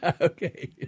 Okay